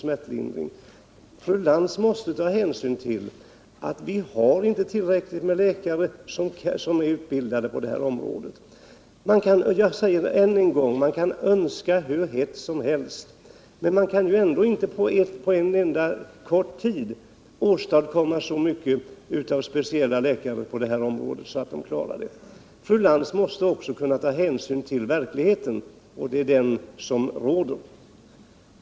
Fru Lantz måste ta hänsyn till att vi inte har tillräckligt med läkare som är utbildade på det här området. Jag säger det än en gång: Man kan önska hur hett som helst, men man kan ju ändå inte på kort tid göra något åt läkartillgången på det här området. Fru Lantz måste kunna ta hänsyn till verkligheten. Det är den som råder.